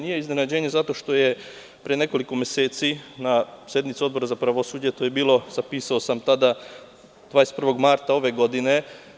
Nije iznenađenje zato što je pre nekoliko meseci na sednici Odbora za pravosuđe, to je bilo 21. marta 2013. godine.